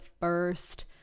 first